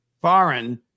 Foreign